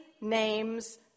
name's